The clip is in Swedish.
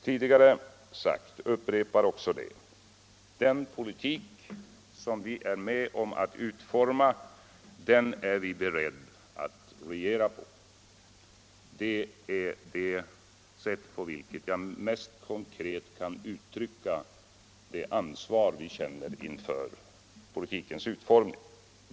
Jag har förut sagt — och jag upprepar det — att den politik som vi är med om att utforma är vi beredda att regera på. Det är det sätt på vilket jag mest konkret kan uttrycka det ansvar som vi känner för politikens utformning.